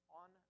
on